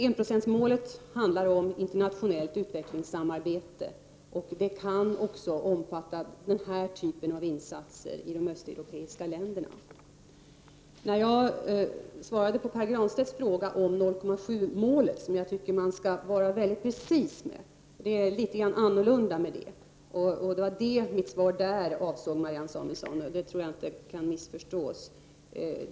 Enprocentsmålet gäller internationellt utvecklingssamarbete, och det kan även omfatta den här typen av insatser i de östeuropeiska länderna. Beträffande 0,7-procentsmålet anser jag att man skall vara mycket precis, eftersom det skiljer sig en hel del från enprocentsmålet. Det var det mitt svar till Pär Granstedt avsåg, Marianne Samuelsson, och det tror jag inte kan missförstås.